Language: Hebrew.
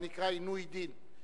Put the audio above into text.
זה נקרא עינוי דין.